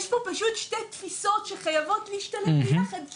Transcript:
יש פה פשוט שתי תפיסות שחייבות להשתלב ביחד,